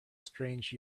strange